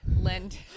lend